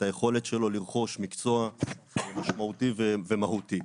היכולת שלו לרכוש מקצוע משמעותי ומהותי.